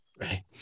Right